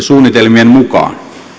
suunnitelmien mukaan